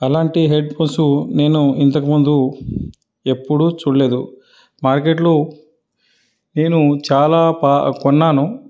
అలాంటి హెడ్ఫోన్సు నేను ఇంతకుముందు ఎప్పుడు చూడలేదు మార్కెట్లో నేను చాలా ప కొన్నాను